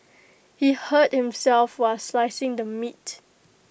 he hurt himself while slicing the meat